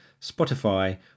Spotify